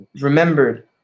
remembered